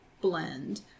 blend